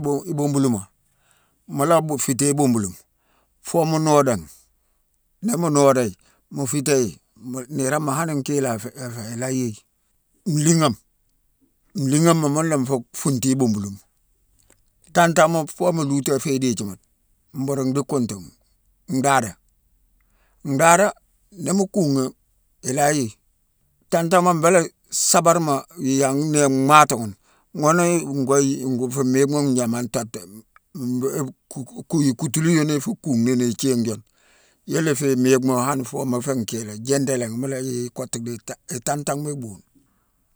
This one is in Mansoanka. Boo-ibombolima, mu la bo-fiité ibombolima, foo mu noodaghi. Ni mu nooda yi, mu fiita yi mu-niiroma han nkila afé-afé, i la yéye. Nliighama, nliighama muna nfu fuutu ibombolima. Tantama foo mu luuté fuu i dijima dé bhuru dhi kontoghi: ndhaado. Ndhaada, ni mu kunghi, i la yéye. Tantama mbélé sabarema: yangh né mmaati ghune, ghune go yé-gu-fu miighma gnama tootu-be-ku-kui kutulu yune i fu kuuni ni ithii june. Yuna i fé imiighma hane mu fé nkilé (djindé langhi), mu yéye kottu dhi yicki i tantama i bhuune.